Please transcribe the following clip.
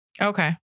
Okay